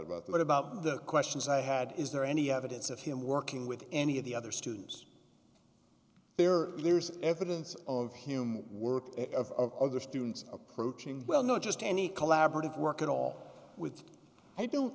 about that about the questions i had is there any evidence of him working with any of the other students there there's evidence of human work of other students approaching well not just any collaborative work at all with i don't